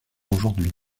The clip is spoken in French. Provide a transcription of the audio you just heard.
aujourd’hui